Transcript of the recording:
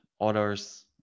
others